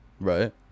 right